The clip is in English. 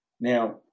Now